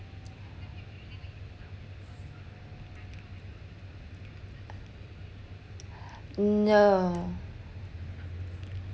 no